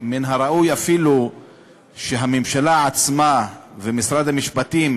אפילו מן הראוי היה שהממשלה עצמה ומשרד המשפטים